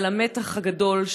ועל המתח הגדול,